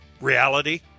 reality